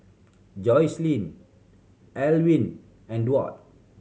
Joslyn Elwyn and Duard